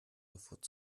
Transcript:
sofort